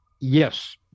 Yes